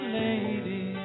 lady